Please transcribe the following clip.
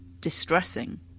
distressing